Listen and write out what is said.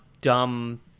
dumb